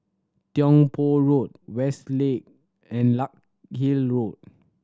Tiong Poh Road Westgate and Larkhill Road